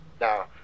Now